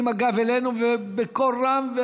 עם הגב אלינו ובקול רם,